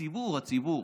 הציבור, הציבור.